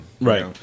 Right